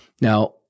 Now